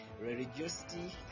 religiosity